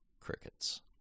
Crickets